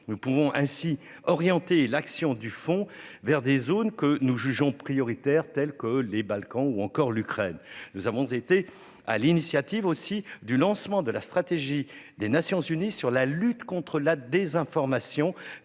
Nous pouvons ainsi orienter l'action du Fonds vers des zones que nous jugeons prioritaires, comme les Balkans ou l'Ukraine. Nous avons aussi été à l'initiative du lancement de la stratégie des Nations unies sur la lutte contre la désinformation,